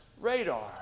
radar